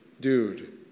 dude